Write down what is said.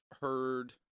heard